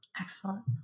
Excellent